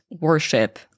worship